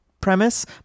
premise